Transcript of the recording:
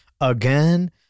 again